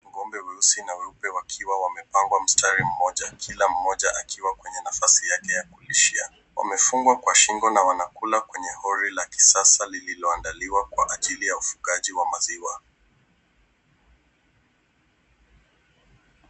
Ng'ombe weusi na weupe wakiwa wamepangwa mstari mmoja. Kila mmoja akiwa kwenye nafasi yake ya kulishia. Wamefungwa kwa shingo na wanakula kwenye hori la kisasa lilioandaliwa kwa ajili ya ufugaji wa maziwa.